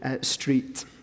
street